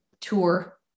tour